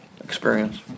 experience